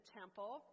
temple